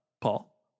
Paul